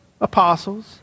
apostles